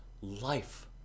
life